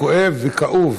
כואב וכאוב